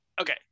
okay